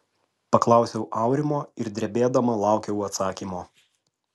paklausiau aurimo ir drebėdama laukiau atsakymo